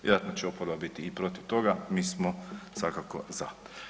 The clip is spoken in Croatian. Vjerojatno će oporba biti i protiv toga, mi smo svakako za.